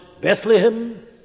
Bethlehem